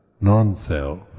non-self